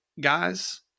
guys